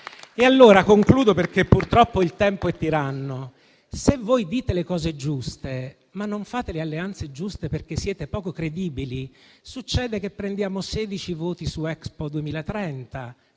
alla conclusione, perché purtroppo il tempo è tiranno. Se voi dite le cose giuste ma non fate le alleanze giuste perché siete poco credibili, succede che prendiamo sedici voti su Expo 2030,